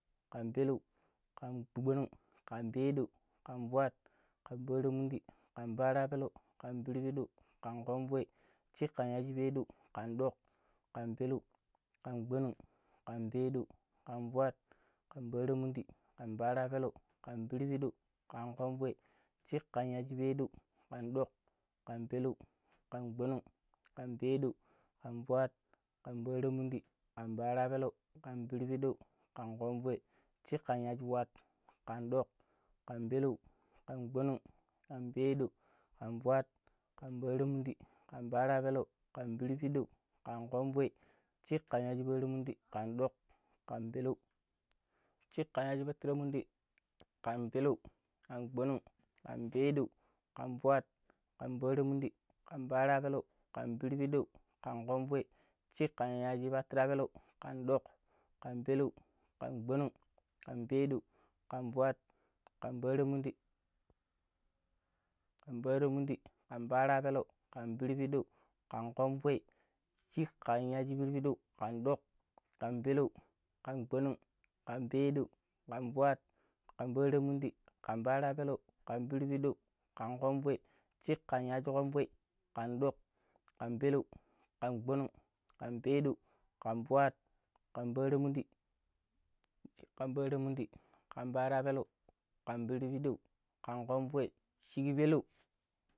﻿ƙan peleu, kan gbonong, kan peeɗou ,kan fuat, ƙan pattiramundi, ƙan pattirapeleu, kan pirbidau, ƙan ƙonvoi, sheekkanyajipedau, ƙan ɗok, ƙan peleu, ƙan gbonong, ƙan peeɗou, ƙan fuat, ƙan paramundi, ƙan pattirapeleu, ƙn pirpiɗou, ƙan ƙonvoi, sheekkanyagipedau, ƙan ɗok, ƙan peleu, ƙan gbonong, ƙan peeɗou, ƙan fuat, ƙan paramundi, ƙan pattirapeleu, ƙan pirpiɗou, ƙan ƙonvoi sheekkanyagufuat, ƙan ɗoƙ, ƙan peleu, kan gbonong, kan peeɗou, kan fuat, ƙan pattiramundi, ƙan pattirapeleu, kan pirbidau, ƙan ƙonvoi, sheekkanyagiparanmundi, ƙan ɗok, ƙan peleu, sheekkanyagipatranmundi, ƙan peleu, kan gbonong, kan peeɗou, kan fuat, ƙan pattiramundi, ƙan pattirapeleu, kan pirbidau, ƙan ƙonvoi, sheekkanyagipatrapelau, ƙan ɗok, ƙan peleu, ƙan gbonong, ƙan peeɗou, ƙan fuat, ƙan paramundi, kan paramundi, ƙan pattirapeleu, ƙan pirpiɗou, ƙan ƙonvoi, sheekkanyagipirbidau, ƙan ɗok, ƙan peleu, ƙan gbonong, ƙan peeɗou, ƙan fuat, ƙan paramundi, ƙan pattirapeleu, ƙan pirpiɗou, ƙan ƙonvoi sheekkanyajikonvoi, ƙan ɗoƙ, ƙan peleu, kan gbonong, kan peeɗou, kan fuat, ƙan pattiramundi, kan pattiremundi ƙan pattirapeleu, kan pirbidau ƙan ƙonvoi, sheekpelau